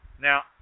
Now